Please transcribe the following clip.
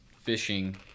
fishing